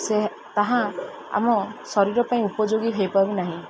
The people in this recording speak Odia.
ସେ ତାହା ଆମ ଶରୀର ପାଇଁ ଉପଯୋଗୀ ହେଇପାରୁନାହିଁ